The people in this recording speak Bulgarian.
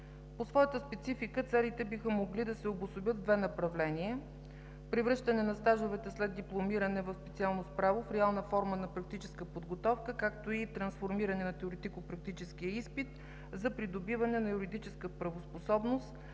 По своята специфика целите биха могли да се обособят в две направления: превръщане на стажовете след дипломиране в специалност „Право“ в реална форма на практическа подготовка, както и трансформиране на теоретико-практическия изпит за придобиване на юридическа правоспособност в